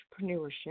Entrepreneurship